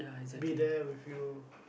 be there with you